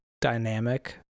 dynamic